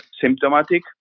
symptomatic